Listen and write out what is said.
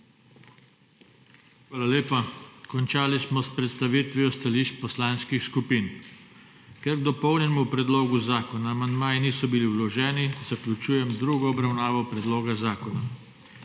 Hvala lepa. Končali smo s predstavitvijo stališč poslanskih skupin. Ker k dopolnjenemu predlogu zakona amandmaji niso bili vloženi, zaključujem drugo obravnavo predloga zakona.